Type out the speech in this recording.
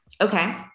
Okay